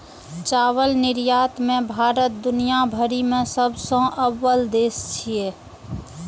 चावल निर्यात मे भारत दुनिया भरि मे सबसं अव्वल देश छियै